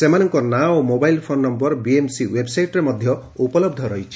ସେମାନଙ୍କ ନାଁ ଓ ମୋବାଇଲ୍ ଫୋନ୍ ନମ୍ୟର ବିଏମ୍ସି ଓେବ୍ସାଇଟ୍ରେ ଉପଲହ୍ସ ରହିଛି